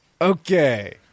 Okay